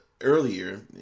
earlier